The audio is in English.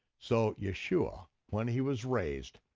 so yeshua, when he was raised,